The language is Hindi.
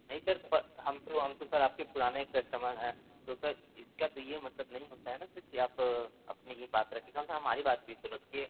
नहीं सर पर हम तो हम तो सर आपके पुराने कस्टमर हैं तो सर इसका तो ये मतलब नहीं होता है ना सर की आप अपनी बात रखेंगे कम से कम हमारी बात भी तो रखिए